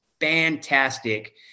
fantastic